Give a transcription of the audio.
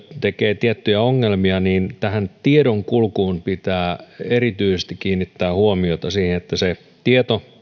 tekee tiettyjä ongelmia tähän tiedonkulkuun pitää erityisesti kiinnittää huomiota siihen että tieto